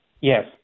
Yes